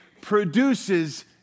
produces